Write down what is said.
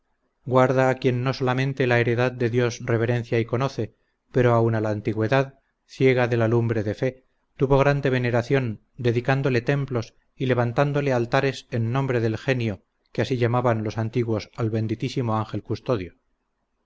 guarda a quien no solamente la heredad de dios reverencia y conoce pero aun la antigüedad ciega de la lumbre de fe tuvo grande veneración dedicándole templos y levantándole altares en nombre del genio que así llamaban los antiguos al benditísimo ángel custodio